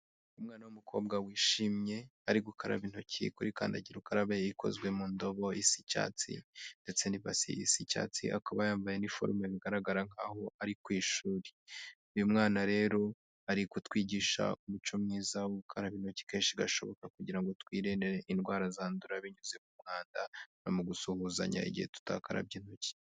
U'mwana wumukobwa wishimye ari gukaraba intoki kuri kandagira ukarabe ikozwe mu ndobo isa icyatsi ndetse n'ibasi isa icyatsi, akaba yambaye iniforume bigaragara nk'aho ari ku ishuri. Uyu mwana rero ari kutwigisha umuco mwiza wo gukaraba intoki kenshi gashoboka kugirango ngo twirinde indwara zandura binyuze mu mwanda, no mu gusuhuzanya igihe tutakarabye intoki.